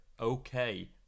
okay